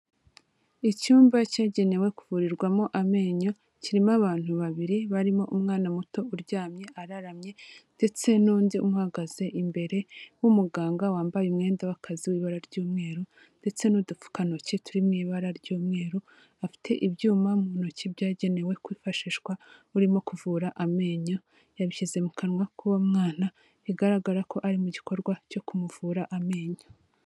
Icyumba cyagenewe kuvurirwamo amenyo kirimo abantu babiri barimo umwana muto, uryamye araramye ndetse n'undi uhagaze imbere w'umuganga wambaye umwenda w'akazi w'ibara ry'umweru ndetse n'udupfukantoki turi mu ibara ry'umweru, afite ibyuma mu ntoki byagenewe kwifashishwa, urimo kuvura amenyo, yabishyize mu kanwa k'uwo mwana bigaragara ko ari mu gikorwa cyo kumuvura amenyo.